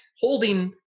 holding